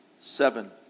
seven